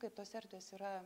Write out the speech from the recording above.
kai tos erdvės yra